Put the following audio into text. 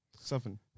Seven